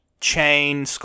chain